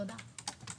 תודה.